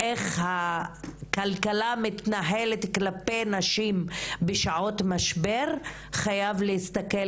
הכלכלה מתנהלת כלפיי נשים בשעות משבר חייב להסתכל